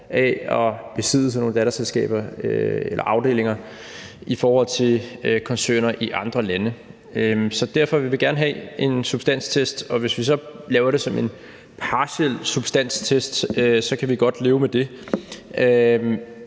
af at besidde sådan nogle datterafdelinger i forhold til koncerner i andre lande. Så derfor vil vi gerne have en substanstest, og hvis vi så laver det som en partiel substanstest, så kan vi godt leve med det.